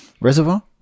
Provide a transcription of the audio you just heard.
Reservoir